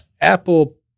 Apple